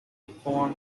form